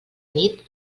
nit